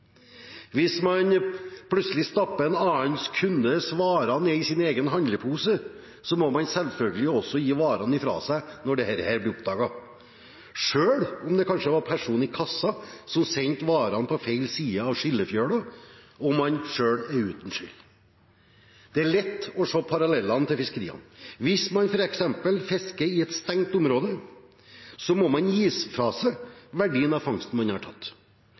Hvis man plutselig stapper en annen kundes varer ned i sin egen handlepose, må man selvfølgelig også gi varene fra seg når dette blir oppdaget, selv om det kanskje var personen i kassen som sendte varene på feil side av «skillefjøla» og man selv er uten skyld. Det er lett å se parallellen til fiskeriene: Hvis man f.eks. fisker i et stengt område, må man gi fra seg verdien av fangsten man har tatt.